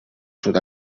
sud